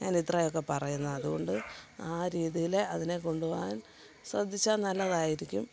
ഞാനിത്രയൊക്കെ പറയുന്നത് അതുകൊണ്ട് ആ രീതിയിൽ അതിനെ കൊണ്ടുപോവാൻ ശ്രദ്ധിച്ചാൽ നല്ലതായിരിക്കും